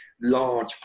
large